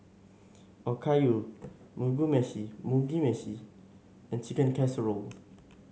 Okayu meshi Mugi Meshi and Chicken Casserole